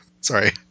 sorry